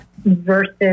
versus